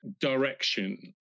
direction